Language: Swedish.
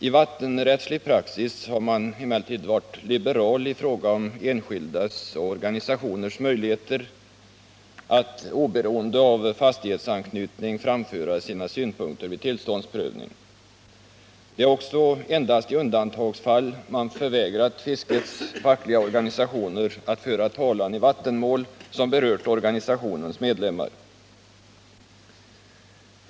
I vattenrättslig praxis har man emellertid varit liberal i fråga om enskildas och organisationers möjligheter att oberoende av fastighetsanknytning framföra sina synpunkter vid tillståndsprövningen. Det är också endast i undantagsfall man förvägrat fiskets fackliga organisationer att föra talan i vattenmål som berört organisationens medlemmar.